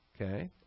Okay